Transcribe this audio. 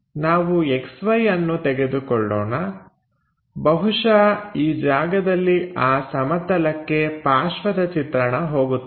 ನಾವು XYಅನ್ನು ತೆಗೆದುಕೊಳ್ಳೋಣ ಬಹುಶಃ ಈ ಜಾಗದಲ್ಲಿ ಆ ಸಮತಲಕ್ಕೆ ಪಾರ್ಶ್ವದ ಚಿತ್ರಣ ಹೋಗುತ್ತದೆ